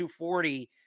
240